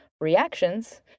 reactions